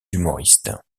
humoristes